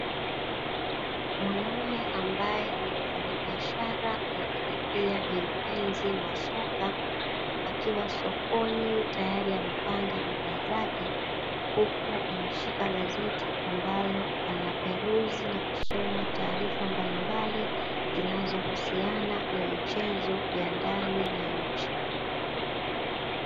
Mwanaume ambaye ni mfanyabiashara ambae pia ni mpenzi wa soka, akiwa sokoni ameshapanga bidhaa zake lakini pia ameshika gazeti linalihusiana na michezo ya ndani ya nchi.